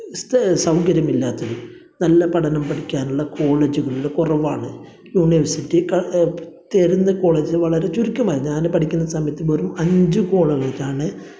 സൗകര്യമില്ലാത്തൊരു നല്ല പഠനം പഠിക്കാനുള്ള കോളേജുകൾ ഇവിടെ കുറവാണ് യൂണിവേഴ്സിറ്റിക്ക് ചേരുന്ന കോളേജ് വളരെ ചുരുക്കമാണ് ഞാൻ പഠിക്കുന്ന സമയത്ത് വെറും അഞ്ച് കോളേജാണ്